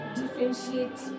differentiate